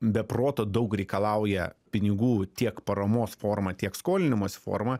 be proto daug reikalauja pinigų tiek paramos forma tiek skolinimosi forma